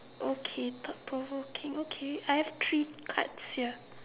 okay thought provoking okay I have three cards here